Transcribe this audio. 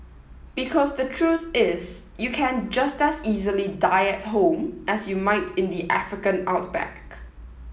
because the truth is you can just as easily die at home as you might in the African outback